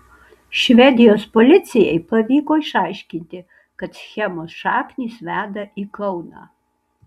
švedijos policijai pavyko išaiškinti kad schemos šaknys veda į kauną